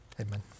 Amen